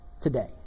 today